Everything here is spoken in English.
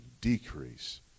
decrease